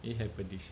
it happened this year